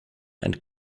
and